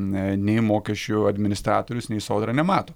ne nei mokesčių administratorius nei sodra nemato